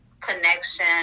connection